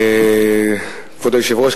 כבוד היושבת-ראש,